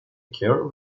occur